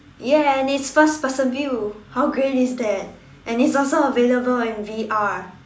ya and it's first person view how great is that and it's also available on V_R